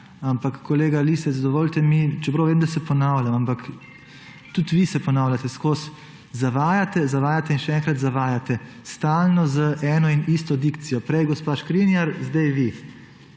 ampak, kolega Lisec, dovolite mi, čeprav vem, da se ponavljam, ampak tudi vi se ves čas ponavljate, zavajate, zavajate in še enkrat zavajate, stalno z eno in isto dikcijo. Prej gospa Škrinjar, zdaj vi.